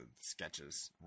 sketches